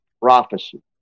prophecy